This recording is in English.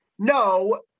No